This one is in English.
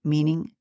Meaning